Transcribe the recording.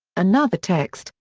another text,